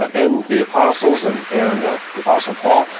and the apostles, and and the apostle paul.